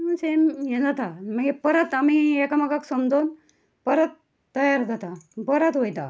अशें हें जाता आनी मागीर परत आमी एकामेकांक समजोवन परत तयार जाता आनी परत वयता